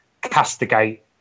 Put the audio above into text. castigate